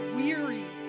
weary